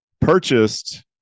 purchased